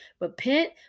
repent